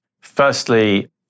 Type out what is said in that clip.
Firstly